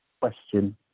question